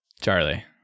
Charlie